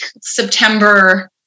September